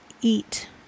eat